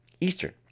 Eastern